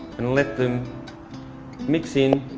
and let them mix in.